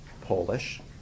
Polish